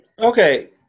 Okay